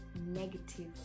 negative